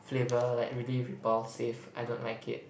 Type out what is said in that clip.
flavour like really repulsive I don't like it